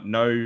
no